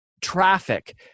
traffic